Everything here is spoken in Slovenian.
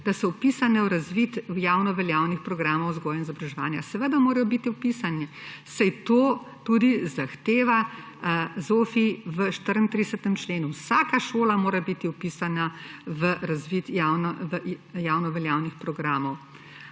da so vpisane v razvid javnoveljavnih programov vzgoje in izobraževanja. Seveda morajo biti vpisani, saj to tudi zahteva ZOFVI v 34. členu. Vsaka šola mora biti vpisana v razvid javnoveljavnih programov